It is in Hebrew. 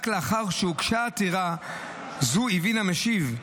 רק לאחר שהוגשה עתירה זו הבין המשיב,